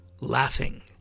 Laughing